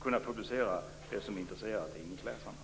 kunna publicera det som intresserar tidningsläsarna.